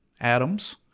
atoms